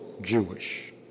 Jewish